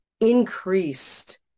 increased